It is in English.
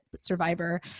survivor